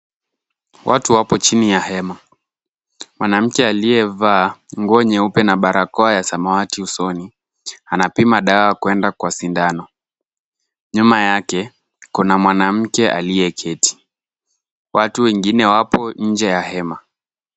Watu wapo chini ya hema. Mwanamke aliyevaa nguo nyeupe na barakoa ya samawati usoni, anapima dawa kwenda kwa sindano. Nyuma yake kuna mwanamke aliyeketi. Watu wengine wapo nje ya hema.